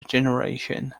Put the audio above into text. generation